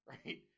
Right